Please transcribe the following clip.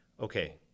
okay